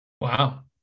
Wow